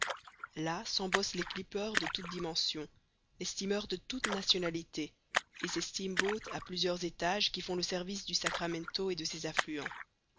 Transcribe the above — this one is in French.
là s'embossent les clippers de toutes dimensions les steamers de toutes nationalités et ces steam boats à plusieurs étages qui font le service du sacramento et de ses affluents